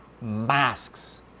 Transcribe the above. masks